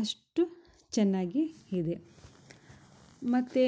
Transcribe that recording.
ಅಷ್ಟು ಚೆನ್ನಾಗಿ ಇದೆ ಮತ್ತು